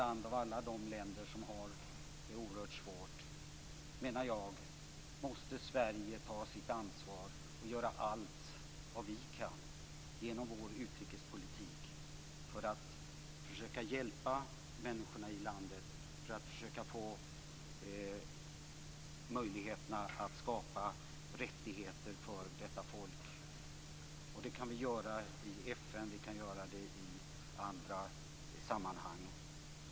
Av alla de länder som har det oerhört svårt menar jag att Sverige måste ta sitt ansvar för detta land. Vi måste göra allt vad vi kan genom vår utrikespolitik för att försöka hjälpa människorna i landet och försöka få möjlighet att skapa rättigheter för detta folk. Det kan vi göra i FN och i andra sammanhang.